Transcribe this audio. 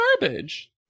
garbage